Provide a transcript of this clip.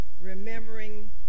remembering